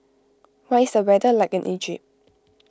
what is the weather like in Egypt